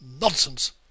nonsense